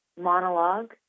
monologue